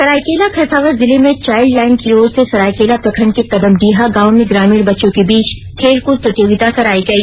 सरायकेला खरसावां जिले में चाइल्डलाइन की ओर से सरायकेला प्रखंड के कदमडीहा गांव में ग्रामीण बच्चों के बीच खेल कूद प्रतियोगिता कराई गई